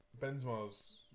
Benzema's